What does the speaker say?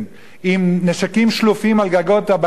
עם נשקים שלופים על גגות בג"ץ,